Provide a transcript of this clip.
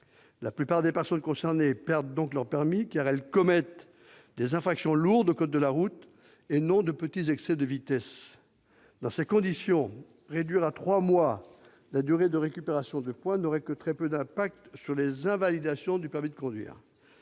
La plupart des personnes concernées perdent donc leur permis en raison d'infractions lourdes au code de la route, et non de petits excès de vitesse. Dans ces conditions, réduire à trois mois la durée de récupération de points n'aurait que très peu d'impact sur les invalidations de permis de conduire.